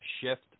shift